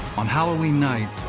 on halloween night,